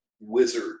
wizard